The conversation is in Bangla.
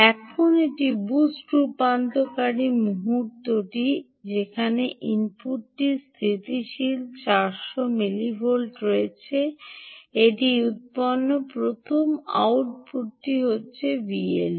এখন এই বুস্ট রূপান্তরকারী মুহুর্তটির এখানে ইনপুটটিতে স্থিতিশীল 400 মিলিভোল্ট রয়েছে এটি উত্পন্ন প্রথম আউটপুটটি হচ্ছে Vldo